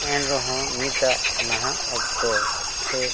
ᱮᱱᱨᱮᱦᱚᱸ ᱱᱤᱛᱟᱜ ᱱᱟᱦᱟᱜ ᱚᱠᱛᱚ ᱥᱮ